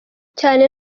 cyane